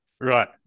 Right